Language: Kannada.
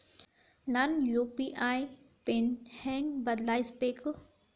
ನನ್ನ ಯು.ಪಿ.ಐ ಪಿನ್ ಹೆಂಗ್ ಬದ್ಲಾಯಿಸ್ಬೇಕು?